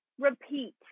Repeat